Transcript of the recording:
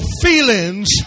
feelings